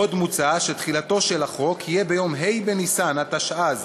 עוד מוצע שתחילתו של החוק תהיה ביום ה׳ בניסן התשע"ז,